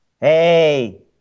Hey